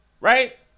Right